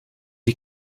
die